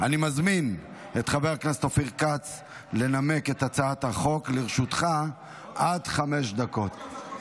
אני קובע כי הצעת חוק לשכת עורכי הדין (תיקון,